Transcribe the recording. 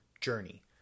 journey